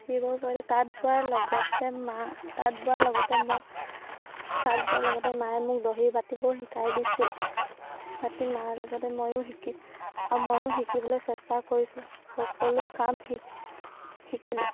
শিকিব পাৰিলোঁ তাঁত বোৱাৰ লগতে মা তাঁত বোৱাৰ লগতে মোৰ তাঁত বোৱাৰ লগতে মায়ে মোক দহি বাতিবও শিকাই দিছিল বাতি মাৰ লগতে ময়ো শিকি আৰু ময়ো শিকিবলৈ চেষ্টা কৰিছিলোঁ সকলো কাম শিকিলোঁ